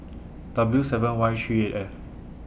W seven Y three eight F